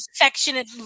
affectionate